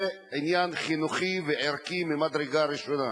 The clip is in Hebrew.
זה עניין חינוכי וערכי ממדרגה ראשונה.